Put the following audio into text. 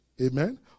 Amen